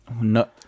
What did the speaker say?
no